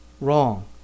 wrong